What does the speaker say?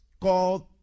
called